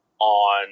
on